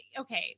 okay